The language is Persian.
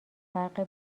فرق